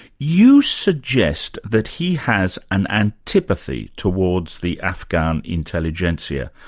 you suggest that he has an antipathy towards the afghan intelligentsia.